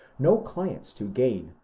no clients to gain,